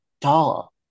doll